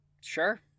sure